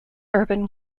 urban